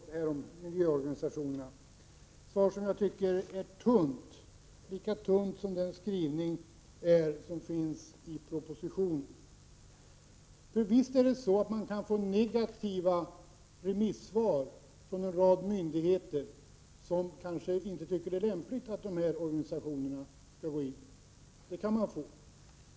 Herr talman! Jag fick till sist ett svar om miljöorganisationerna. Men jag tycker att det var ett tunt svar, lika tunt som skrivningen i propositionen. Visst kan man få negativa remissvar från en rad myndigheter, som kanske inte tycker att det är lämpligt att dessa organisationer skall gå in i detta.